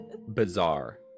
bizarre